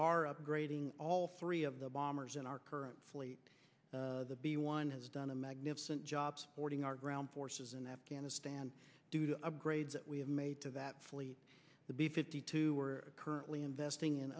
are upgrading all three of the bombers in our current fleet the b one has done a magnificent job supporting our ground forces in afghanistan due to upgrades that we have made to that fleet the b fifty two are currently investing